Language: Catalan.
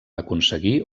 aconseguir